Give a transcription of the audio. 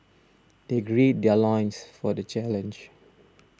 they gird their loins for the challenge